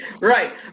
right